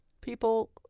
People